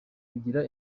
bigira